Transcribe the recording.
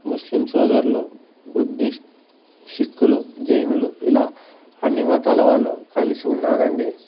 ముస్లిం సోదర్లు బుద్ధస్ట్ సిక్కులు జైనులు ఇలా అన్ని మతాల వాళ్ళు కలిసి ఉన్నారండి